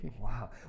Wow